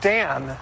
Dan